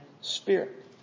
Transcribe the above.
spirit